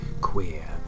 queer